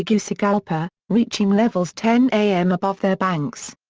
tegucigalpa, reaching levels ten m above their banks.